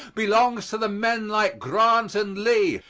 belongs to the men like grant and lee,